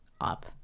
up